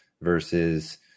versus